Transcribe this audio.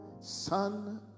son